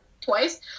twice